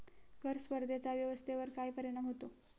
कर स्पर्धेचा अर्थव्यवस्थेवर काय परिणाम होतो?